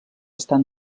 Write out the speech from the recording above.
estan